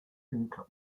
income